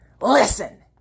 Listen